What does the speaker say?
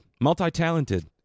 multi-talented